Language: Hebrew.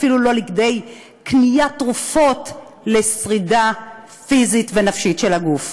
אפילו לא כדי קניית תרופות לשרידה פיזית ונפשית של הגוף.